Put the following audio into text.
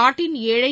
நாட்டின் ஏழை